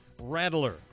Rattler